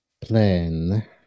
plan